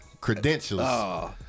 credentials